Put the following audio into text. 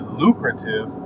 lucrative